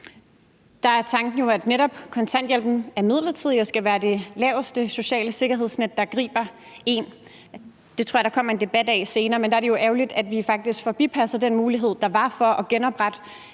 Der er tanken jo, at netop kontanthjælpen er midlertidig og skal være det laveste sociale sikkerhedsnet, der griber en. Det tror jeg der kommer en debat om senere. Men der er det jo ærgerligt, at vi faktisk forpassede den mulighed, der var, for at genoprette